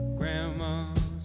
Grandma's